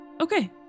Okay